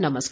नमस्कार